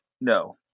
no